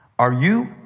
are you?